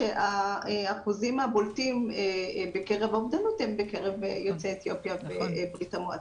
שהאחוזים הבולטים בקרב האובדנות הם בקרב יוצאי אתיופיה וברית המועצות.